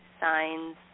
signs